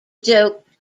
joked